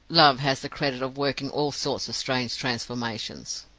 love has the credit of working all sorts of strange transformations.